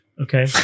okay